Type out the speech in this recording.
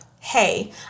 Hey